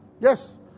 Yes